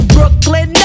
Brooklyn